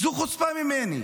זו חוצפה ממני.